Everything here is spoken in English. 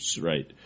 right